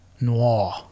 Noir